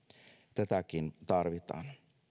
tätäkin tarvitaan